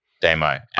demo